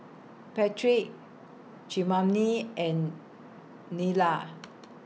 Patric Tremaine and Nyla